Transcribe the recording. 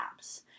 apps